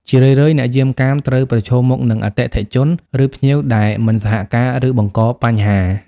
ជារឿយៗ អ្នកយាមកាមត្រូវប្រឈមមុខនឹង អតិថិជន ឬភ្ញៀវដែលមិនសហការ ឬបង្កបញ្ហា។